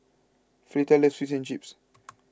Fleeta loves Fish and Chips